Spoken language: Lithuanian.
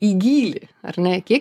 į gylį ar ne kiek